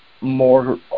more